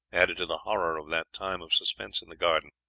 added to the horror of that time of suspense in the garden,